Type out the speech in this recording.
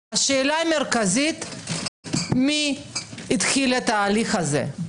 השאלה המרכזית היא מי התחיל את ההליך הזה,